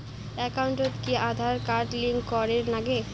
একাউন্টত কি Aadhaar card link করের নাগে?